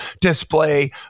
display